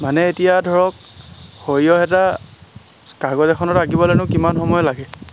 মানে এতিয়া ধৰক সৰিয়হ এটা কাগজ এখনত আঁকিবলেনো কিমান সময় লাগে